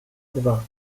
dwa